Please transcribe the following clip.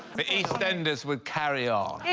the eastenders would carry on